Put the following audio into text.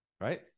right